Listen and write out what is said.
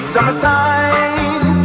Summertime